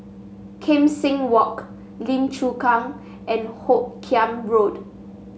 Kim Seng Walk Lim Chu Kang and Hoot Kiam Road